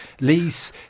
lease